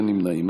אין נמנעים.